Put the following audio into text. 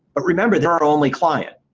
but remember, they only client.